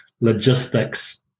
logistics